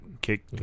kick